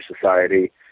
Society